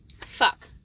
fuck